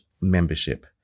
membership